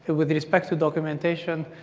but with respect to documentation,